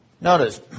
Notice